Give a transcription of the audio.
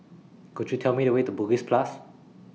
Could YOU Tell Me The Way to Bugis Plus